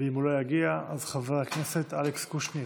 ואם הוא לא יגיע, אז חבר הכנסת אלכס קושניר.